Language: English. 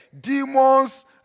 Demons